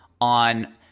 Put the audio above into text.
on